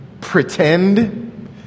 pretend